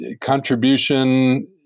Contribution